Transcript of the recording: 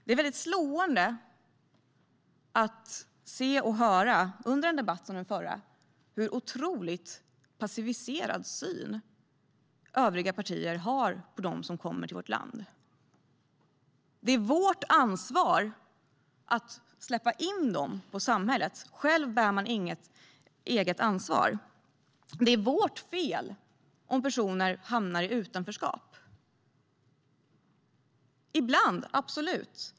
Det är väldigt slående att se och höra, under en debatt som den förra, vilken otroligt passiverad syn de övriga partierna har på dem som kommer till vårt land: Det är vårt ansvar att släppa in dem i samhället. Själva bär de inget eget ansvar. Det är vårt fel om personer hamnar i utanförskap. Ibland är det absolut så.